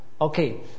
Okay